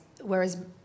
whereas